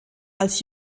als